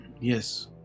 yes